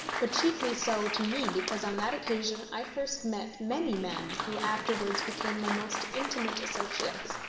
but chiefly so to me because on that occasion i first met many men who afterwards became my most intimate associates.